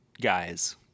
guys